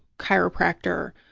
chiropractor,